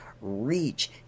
reach